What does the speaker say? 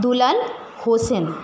Dulal Hossain